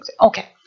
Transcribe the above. Okay